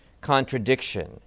contradiction